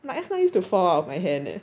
my s nine used to fall out of my hand eh